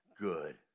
good